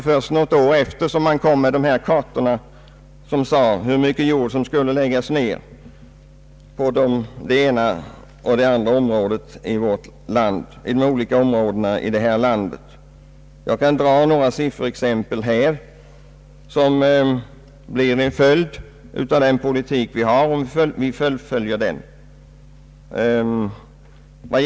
Först något år därefter kom de beräkningar som visade hur mycket jord som skulle läggas ned i de olika områdena här i landet. Jag kan nämna några siffror som blir en följd av den politik vi beslutat, om vi nu fullföljer den.